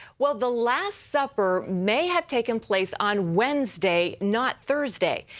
well, the last supper may have taken place on wednesday, not thursday.